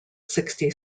sixty